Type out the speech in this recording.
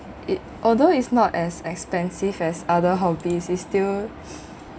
it although it's not as expensive as other hobbies it's still